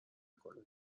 کنه